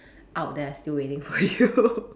out there still waiting for you